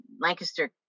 Lancaster